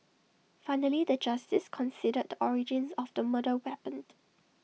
finally the justice considered the origins of the murder weapon